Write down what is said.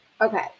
okay